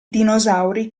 dinosauri